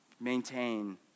maintain